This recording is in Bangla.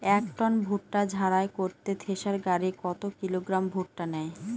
এক টন ভুট্টা ঝাড়াই করতে থেসার গাড়ী কত কিলোগ্রাম ভুট্টা নেয়?